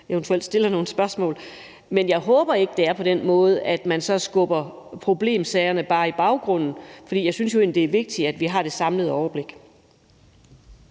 eventuelle spørgsmål om. Men jeg håber ikke, det er på den måde, at man så bare skubber problemsagerne i baggrunden, for jeg synes jo egentlig, det er vigtigt, at vi har det samlede overblik.